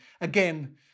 again